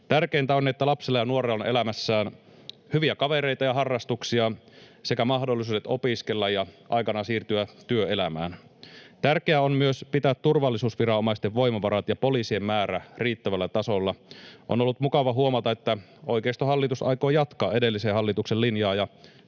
Tärkeintä on, että lapsella ja nuorella on elämässään hyviä kavereita ja harrastuksia sekä mahdollisuudet opiskella ja aikanaan siirtyä työelämään. Tärkeää on myös pitää turvallisuusviranomaisten voimavarat ja poliisien määrä riittävällä tasolla. On ollut mukava huomata, että oikeistohallitus aikoo jatkaa edellisen hallituksen linjaa